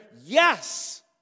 yes